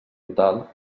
total